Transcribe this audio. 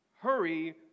Hurry